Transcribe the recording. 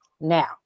Now